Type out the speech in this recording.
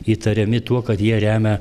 įtariami tuo kad jie remia